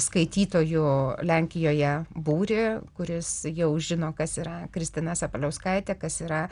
skaitytojų lenkijoje būrį kuris jau žino kas yra kristina sabaliauskaitė kas yra